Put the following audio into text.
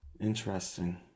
interesting